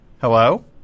Hello